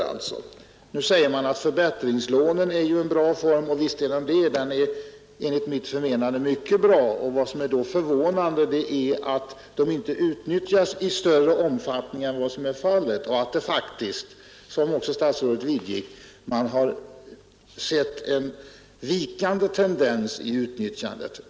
Vidare säger man att förbättringslånen är en bra form. Visst är de det. De är enligt mitt förmenande mycket bra. Vad som är förvånande är att de inte utnyttjas i större omfattning än vad som är fallet och att det faktiskt råder — som också statsrådet vidgick — en vikande tendens i utnyttjandet.